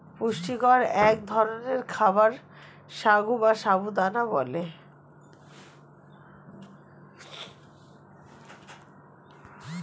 পুষ্টিকর এক ধরনের খাবার সাগু বা সাবু দানা বলে